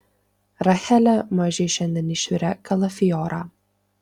rachelė mažiui šiandien išvirė kalafiorą